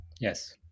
Yes